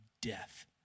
death